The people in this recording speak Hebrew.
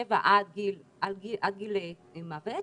67 עד גיל מוות,